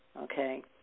okay